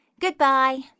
Goodbye